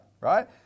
right